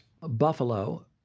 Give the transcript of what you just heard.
Buffalo